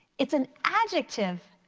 it's an adjective.